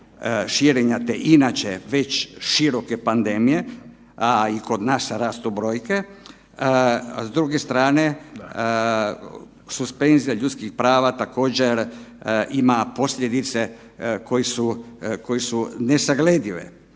širenja te inače već široke pandemije, a i kod nas rastu brojke, s druge strane suspenzija ljudskih prava također ima posljedice koje su nesagledive,